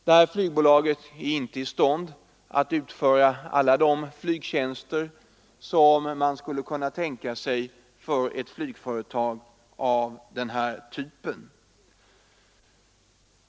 Detta flygbolag är inte i stånd att utföra alla de flygtjänster som man skulle kunna tänka sig att erhålla av ett företag av den här typen.